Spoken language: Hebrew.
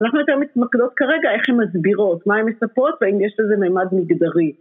אנחנו יותר מתמקדות כרגע איך הן מסבירות, מה הן מספרות ואם יש לזה מימד מגדרי.